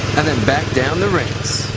and then back down the ramps.